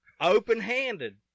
open-handed